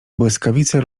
błyskawice